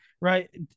right